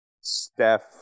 Steph